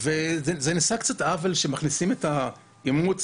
ונעשה קצת אבל כשמכניסים את האימוץ